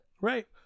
Right